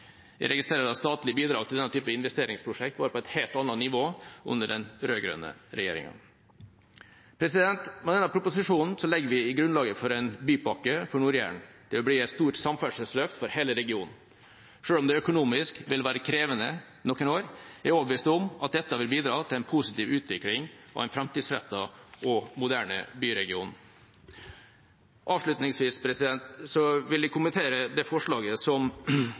Jeg registrerer at statlige bidrag til denne typen investeringsprosjekt var på et helt annet nivå under den rød-grønne regjeringa. Med denne proposisjonen legger vi grunnlaget for en bypakke for Nord-Jæren. Det vil bli et stort samferdselsløft for hele regionen. Selv om det økonomisk vil være krevende noen år, er jeg overbevist om at dette vil bidra til en positiv utvikling og en framtidsrettet og moderne byregion. Avslutningsvis vil jeg kommentere forslag nr. 2, fra Iselin Nybø på vegne av Venstre. Vi har som